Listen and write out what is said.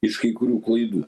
iš kai kurių klaidų